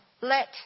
let